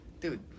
Dude